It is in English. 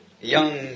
young